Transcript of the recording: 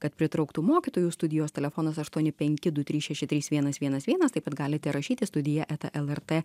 kad pritrauktų mokytojų studijos telefonas aštuoni penki du trys šeši trys vienas vienas vienas taip pat galite rašyti studija eta lrt